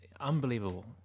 unbelievable